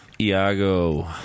Iago